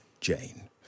Jane